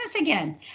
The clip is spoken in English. again